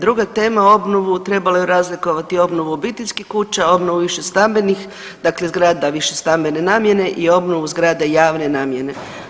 Druga tema, obnovu trebalo je razlikovati obnovu obiteljskih kuća, obnovu višestambenih dakle zgrada višestambene namjene i obnovu zgrada javne namjene.